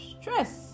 stress